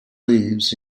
leaves